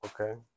Okay